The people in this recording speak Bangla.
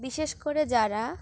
বিশেষ করে যারা